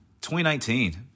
2019